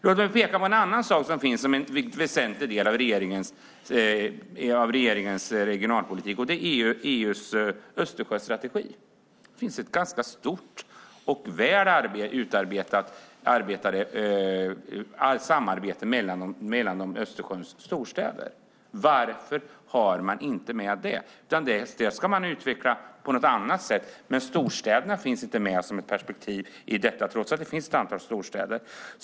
Låt mig peka på en annan väsentlig del av regeringens regionalpolitik. Det gäller EU:s Östersjöstrategi. Det finns ett ganska stort och väl utarbetat samarbete mellan storstäderna runt Östersjön. Varför har man inte med det? Det ska utvecklas på något annat sätt. Storstäderna finns inte med som ett perspektiv i detta trots att det finns ett antal storstäder.